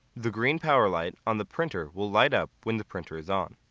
the green power light on the printer will light up when the printer is on.